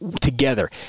together